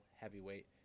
Heavyweight